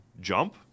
jump